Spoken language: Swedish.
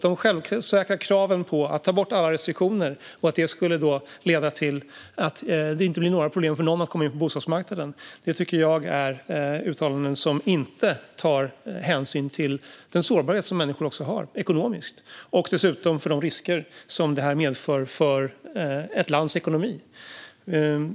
De självsäkra kraven på att alla restriktioner ska tas bort och att det skulle leda till att det inte blir några problem för någon att komma in på bostadsmarknaden tycker jag är uttalanden som inte tar hänsyn till den sårbarhet som människor har ekonomiskt och dessutom de risker som detta medför för ett lands ekonomi.